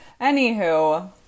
anywho